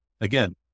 again